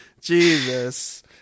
Jesus